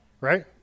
Right